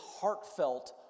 heartfelt